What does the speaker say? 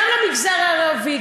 גם למגזר הערבי,